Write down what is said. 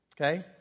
Okay